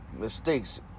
Mistakes